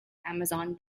amazon